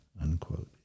unquote